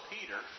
Peter